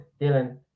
dylan